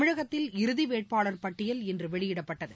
தமிழகத்தில் இறுதிவேட்பாளர் பட்டியல் இன்று வெளியிடப்பட்டது